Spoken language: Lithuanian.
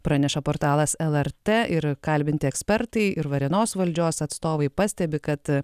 praneša portalas lrt ir kalbinti ekspertai ir varėnos valdžios atstovai pastebi kad